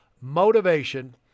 motivation